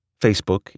Facebook